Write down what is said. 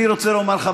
אני רוצה לומר לך,